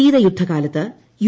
ശീതയുദ്ധ കാലത്ത് യു